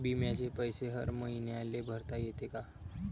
बिम्याचे पैसे हर मईन्याले भरता येते का?